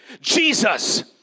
Jesus